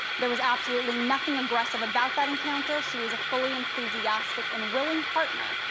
there was absolutely nothing aggressive about that encounter. she was a fully enthusiastic and willing partner.